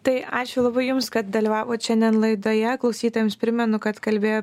tai ačiū labai jums kad dalyvavot šiandien laidoje klausytojams primenu kad kalbėjo